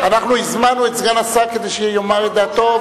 הזמנו את סגן השר כדי שיאמר את דעתו,